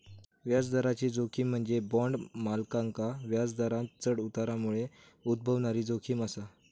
व्याजदराची जोखीम म्हणजे बॉण्ड मालकांका व्याजदरांत चढ उतारामुळे उद्भवणारी जोखीम असा